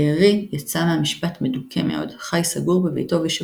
בארי יצא מהמשפט מדוכא מאוד, חי סגור בביתו ושפוף.